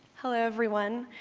hello everyone.